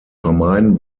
vermeiden